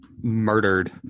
murdered